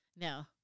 No